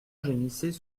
gémissait